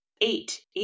eight